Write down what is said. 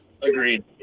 agreed